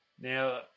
Now